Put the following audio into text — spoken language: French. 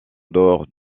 dehors